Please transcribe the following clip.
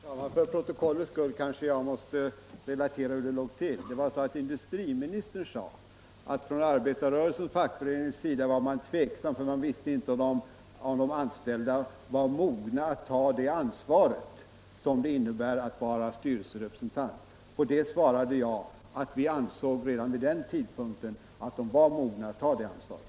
Herr talman! För protokollets skull kanske jag måste relatera hur det låg till. Det var så att industriministern sade att man från arbetarrörelsens och fackföreningsrörelsens sida var tveksam till styrelserepresentation, därför att man inte var säker på att de anställda var mogna att ta det ansvar som det innebär att vara styrelserepresentant. På detta svarade jag att vi redan vid den tidpunkten ansåg att de var mogna att ta det ansvaret.